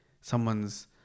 someone's